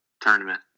tournament